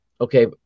okay